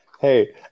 Hey